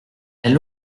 elle